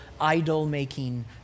idol-making